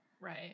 Right